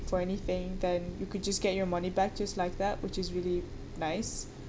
for anything then you could just get your money back just like that which is really nice